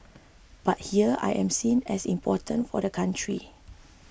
but here I am seen as important for the country